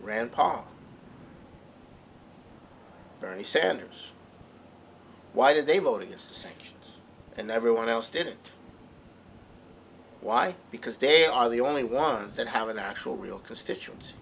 rand paul barry sanders why did they vote in the sanctions and everyone else didn't why because they are the only ones that have an actual real constituency